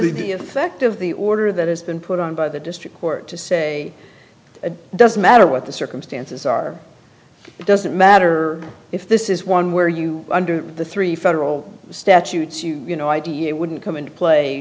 the effect of the order that has been put on by the district court to say it doesn't matter what the circumstances are it doesn't matter if this is one where you under the three federal statutes you know id it wouldn't come into play